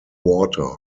water